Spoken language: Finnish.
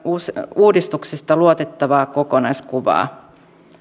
uudistuksesta luotettavaa kokonaiskuvaa